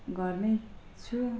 घरमै छु